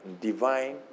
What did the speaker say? divine